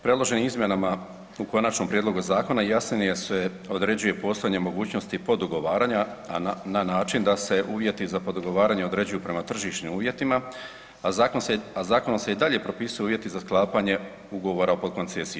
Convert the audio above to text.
Predloženim izmjenama u konačnom prijedlogu zakona jasnije se određuje postojanje mogućnosti podugovaranja, a na način da se uvjeti za podugovaranje određuju prema tržišnim uvjetima, a zakonom se i dalje propisuju uvjeti za sklapanje ugovora o pod koncesiji.